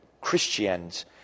Christians